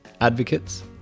advocates